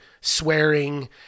swearing